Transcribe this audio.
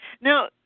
Now